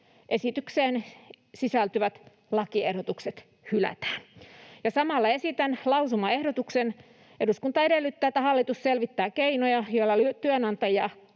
esitykseen sisältyvät lakiehdotukset hylätään. Ja samalla esitän lausumaehdotuksen: ”Eduskunta edellyttää, että hallitus selvittää keinoja, joilla työnantajia